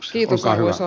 olkaa hyvä